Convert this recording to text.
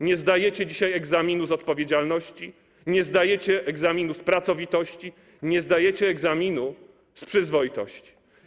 Nie zdajecie dzisiaj egzaminu z odpowiedzialności, nie zdajecie egzaminu z pracowitości, nie zdajecie egzaminu z przyzwoitości.